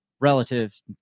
relatives